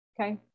Okay